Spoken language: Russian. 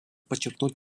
подчеркнуть